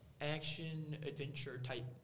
action-adventure-type